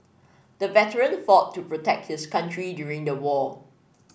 the veteran fought to protect his country during the war